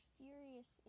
serious